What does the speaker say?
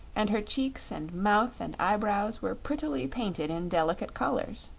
and her cheeks and mouth and eyebrow were prettily painted in delicate colors.